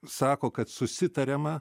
sako kad susitariama